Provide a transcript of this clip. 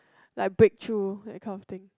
like breakthrough that kind of thing